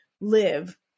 live